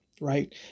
right